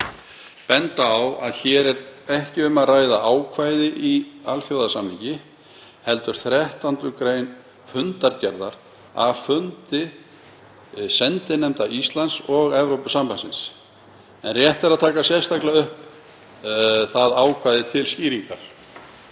á að hér er ekki um að ræða „ákvæði í alþjóðasamningi“ heldur 13. gr. fundargerðar af fundi sendinefnda Íslands og Evrópusambandsins, en rétt er að taka sérstaklega upp það ákvæði til skýringar.